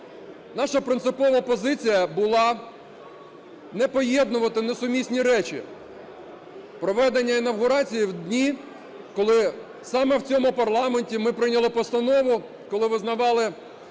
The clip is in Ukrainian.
Наша принципова позиція була не поєднувати несумісні речі - проведення інавгурації в дні, коли саме в цьому парламенті ми прийняли постанову, коли визнавали